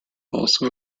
also